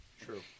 True